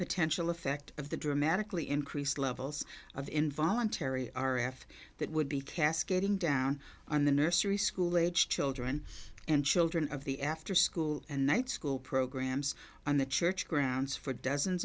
potential effect of the dramatically increased levels of involuntary r f that would be cascading down on the nursery school aged children and children of the after school and night school programs on the church grounds for dozens